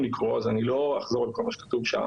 לקרוא אותה ולכן לא אחזור על כל מה שכתוב בה.